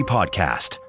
Podcast